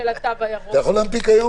אתה יכול להנפיק היום